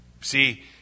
See